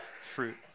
fruit